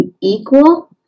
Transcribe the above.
equal